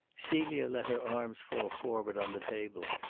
celia let her arms fall forward on the table.